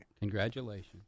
Congratulations